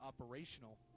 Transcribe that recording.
operational